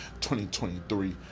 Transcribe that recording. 2023